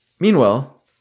Meanwhile